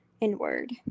inward